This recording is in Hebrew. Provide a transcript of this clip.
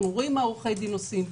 אנחנו רואים מה עורכי דין עושים.